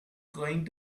going